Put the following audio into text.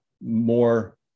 more